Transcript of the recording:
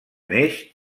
neix